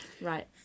Right